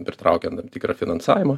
pritraukiant tam tikrą finansavimą